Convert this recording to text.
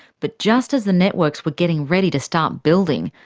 but just as the networks were getting ready to start building,